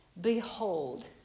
Behold